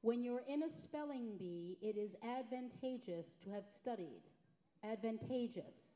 when you are in a spelling bee it is advantageous to have studied advantageous